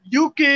UK